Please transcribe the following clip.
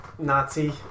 Nazi